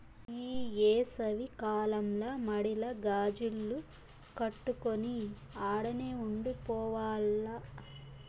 ఈ ఏసవి కాలంల మడిల గాజిల్లు కట్టుకొని ఆడనే ఉండి పోవాల్ల